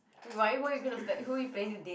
why who are you gonna pla~ who you planning to date